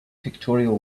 pictorial